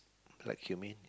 black cumin